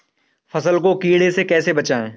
फसल को कीड़े से कैसे बचाएँ?